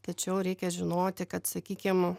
tačiau reikia žinoti kad sakykim